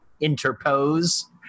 interpose